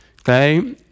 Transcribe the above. Okay